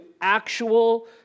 actual